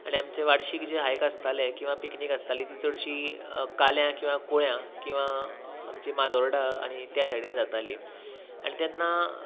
आनी आमचें वार्षीकक जे हायक आसताले किंवा पिकनीक आसताली ती चडशी काल्यां किंवा कुळ्यां किंवा आमची माजोर्डा आनी त्या सायडीन जाताली आनी तेन्ना